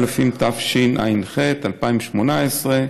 התשע"ח 2018,